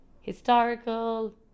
historical